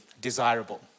desirable